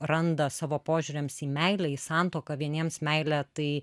randa savo požiūriams į meilę į santuoką vieniems meilė tai